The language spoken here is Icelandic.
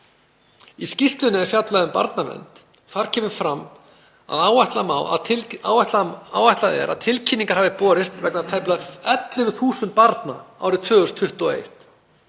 Í skýrslunni er fjallað um barnavernd. Þar kemur fram að áætlað er að tilkynningar hafa borist vegna tæplega 11.000 barna árið 2021.